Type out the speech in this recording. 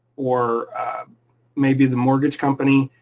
or maybe the mortgage company